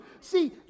See